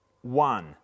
one